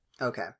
Okay